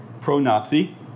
pro-Nazi